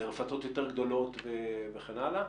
כלומר מעבר לרפתות יותר גדולות וכן הלאה,